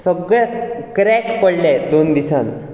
सगळ्याक क्रेक पडले दोन दिसान